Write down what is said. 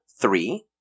three